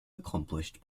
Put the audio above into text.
accomplished